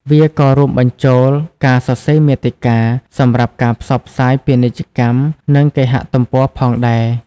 វាក៏រួមបញ្ចូល ការសរសេរមាតិកា សម្រាប់ការផ្សព្វផ្សាយពាណិជ្ជកម្ម និងគេហទំព័រផងដែរ។